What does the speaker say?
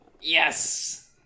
Yes